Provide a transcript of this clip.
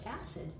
acid